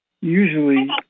usually